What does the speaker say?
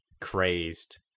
crazed